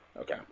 Okay